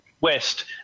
West